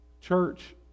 Church